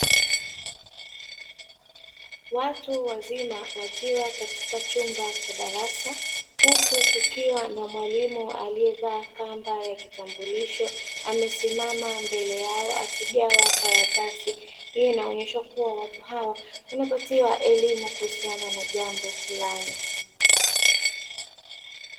Watu wazima wakiwa katika chumba cha darasa, huku kukiwa na mwalimu aliyevaa kamba ya kitambulisho amesimama mbele yao akigawa karatasi. Hii inaonyesha kuwa watu hawa wanapatiwa elimu kuhusiana na jambo fulani.